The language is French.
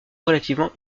relativement